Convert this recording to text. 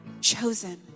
chosen